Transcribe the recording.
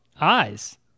eyes